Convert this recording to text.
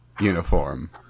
uniform